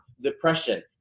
depression